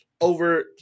Over